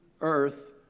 earth